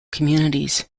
communities